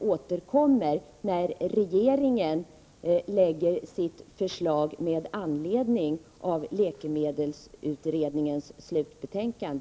återkommer sedan när regeringen lägger fram sitt förslag med anledning av läkemedelsutredningens slutbetänkande.